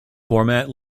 format